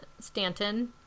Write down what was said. Stanton